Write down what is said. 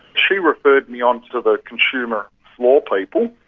she referred me onto the consumer law people,